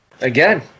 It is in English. Again